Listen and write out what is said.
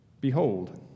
Behold